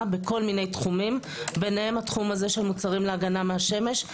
בכל מיני תחומים ביניהם התחום הזה של מוצרים להגנה מהשמש.